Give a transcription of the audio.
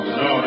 no